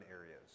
areas